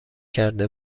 کرده